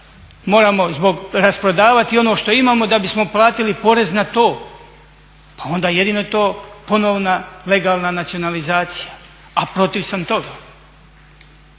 moramo rasprodavati ono što imamo da bismo platiti porez na to. Pa onda jedino to ponovna legalna nacionalizacija, a protiv sam toga.